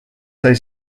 sai